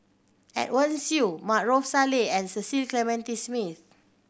Edwin Siew Maarof Salleh and Cecil Clementi Smith